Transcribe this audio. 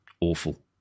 awful